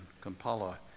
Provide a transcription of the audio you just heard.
Kampala